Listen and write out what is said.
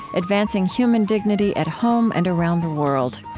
advancing human dignity at home and around the world.